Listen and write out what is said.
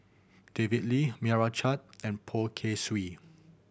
David Lee Meira Chand and Poh Kay Swee